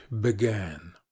began